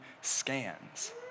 scans